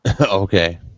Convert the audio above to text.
Okay